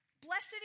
Blessed